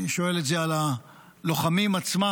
אני שואל את זה על הלוחמים עצמם,